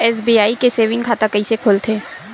SBI के saving खाता कइसे खोलथे?